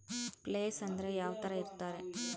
Place ಅಂದ್ರೆ ಯಾವ್ತರ ಇರ್ತಾರೆ?